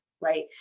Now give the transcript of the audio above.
right